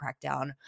crackdown